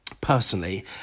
personally